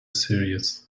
series